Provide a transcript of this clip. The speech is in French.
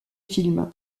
films